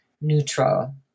neutral